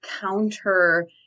counter